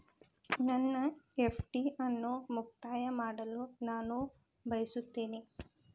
ನನ್ನ ಎಫ್.ಡಿ ಅನ್ನು ಮುಕ್ತಾಯ ಮಾಡಲು ನಾನು ಬಯಸುತ್ತೇನೆ